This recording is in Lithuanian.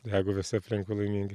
jeigu visi aplinkui laimingi